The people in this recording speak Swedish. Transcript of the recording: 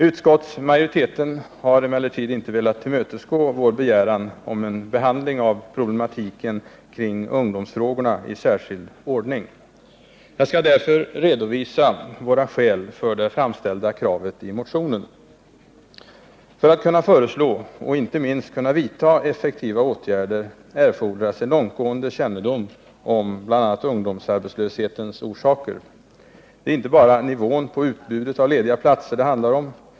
Utskottsmajoriteten har emellertid inte velat tillmötesgå vår begäran om en behandling av problematiken kring ungdomsfrågorna i särskild ordning. Jag skall därför redovisa våra skäl för det framställda kravet i motionen. För att kunna föreslå och inte minst vidta effektiva åtgärder erfordras en långtgående kännedom om bl.a. ungdomsarbetslöshetens orsaker. Det är inte bara nivån på utbudet av lediga platser det handlar om.